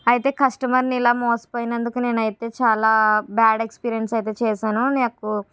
అయితే కస్టమర్ని ఇలా మోసపోయినందుకు నేను అయితే చాలా బాడ్ ఎక్స్పీరియన్స్ అయితే చేసాను నాకు